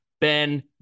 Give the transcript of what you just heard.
Ben